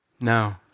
No